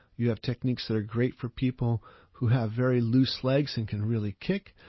you have techniques that are great for people who have very loose legs and can really kick,